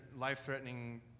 life-threatening